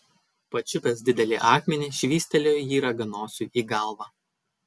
pačiupęs didelį akmenį švystelėjo jį raganosiui į galvą